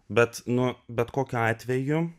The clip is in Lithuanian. bet nu bet kokiu atveju